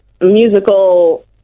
musical